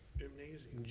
gymnasium.